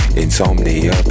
insomnia